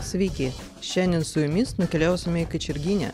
sveiki šiandien su jumis nukeliausime į kačerginę